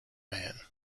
man